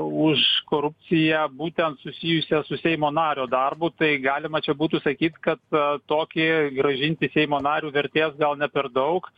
už korupciją būtent susijusią su seimo nario darbu tai galima čia būtų sakyt kad tokį grąžinti seimo narį vertės gal ne per daug